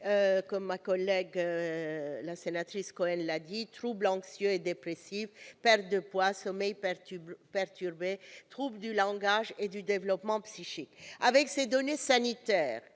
ma collègue Laurence Cohen : troubles anxieux et dépressifs, perte de poids, sommeil perturbé, troubles du langage et du développement psychique. Avec ces données sanitaires,